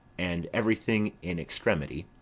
and everything in extremity.